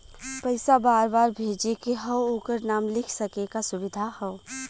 पइसा बार बार भेजे के हौ ओकर नाम लिख सके क सुविधा हौ